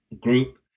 group